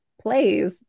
plays